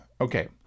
Okay